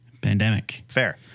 pandemic—fair